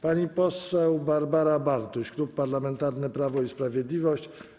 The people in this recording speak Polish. Pani poseł Barbara Bartuś, Klub Parlamentarny Prawo i Sprawiedliwość.